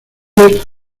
bordes